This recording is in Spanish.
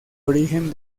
origen